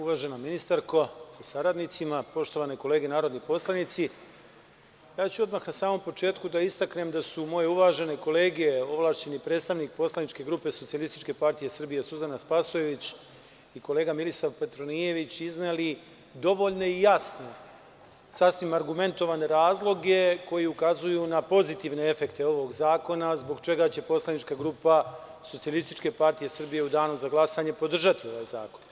Uvaženi ministarko sa saradnicima, poštovane kolege narodni poslanici, odmah ću na samom početku da istaknem da su moje uvažene kolege, ovlašćeni predstavnik poslaničke grupe SPS Suzana Spasojević i kolega Milisav Petronijević, izneli dovoljne i jasne, sasvim argumentovane razloge koji ukazuju na pozitivne efekte ovog zakona, zbog čega će poslanička grupa SPS u danu za glasanje podržati ovaj zakon.